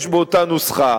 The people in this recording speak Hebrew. משתמש באותה נוסחה.